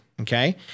Okay